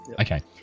Okay